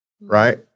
right